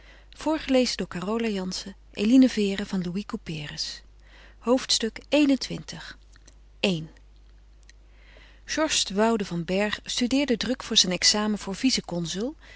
hoofdstuk xxi i georges de woude van bergh studeerde druk voor zijn examen voor vice consul